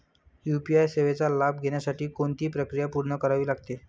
UPI सेवेचा लाभ घेण्यासाठी कोणती प्रक्रिया पूर्ण करावी लागते?